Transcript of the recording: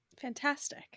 Fantastic